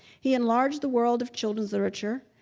he enlarged the world of children's literature,